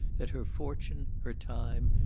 that her fortune, her time,